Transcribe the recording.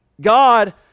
God